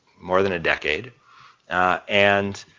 more than a decade, ah and